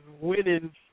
winning